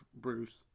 Bruce